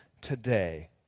today